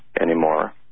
anymore